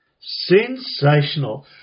Sensational